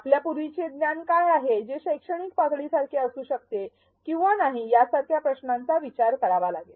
आपल्याला पूर्वीचे ज्ञान काय आहे जे शैक्षणिक पातळीसारखेच असू शकते किंवा नाही यासारख्या प्रश्नांचा विचार करावा लागेल